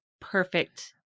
perfect